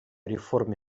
реформе